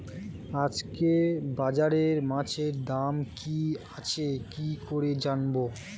আজকে বাজারে মাছের দাম কি আছে কি করে জানবো?